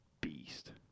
beast